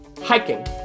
hiking